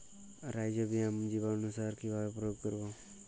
Rhizobium জীবানুসার কিভাবে প্রয়োগ করব?